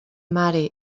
mare